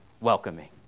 welcoming